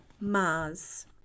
Mars